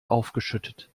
aufgeschüttet